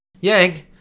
Yang